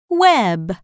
web